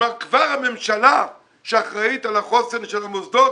כלומר, כבר הממשלה שאחראית על החוסן של המוסדות,